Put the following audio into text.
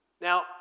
Now